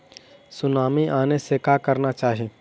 Tsunami आने से का करना चाहिए?